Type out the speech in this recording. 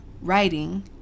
writing